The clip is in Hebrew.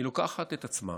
היא לוקחת את עצמה